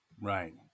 Right